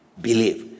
believe